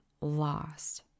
lost